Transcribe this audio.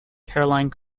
caroline